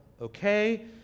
okay